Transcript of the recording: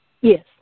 Yes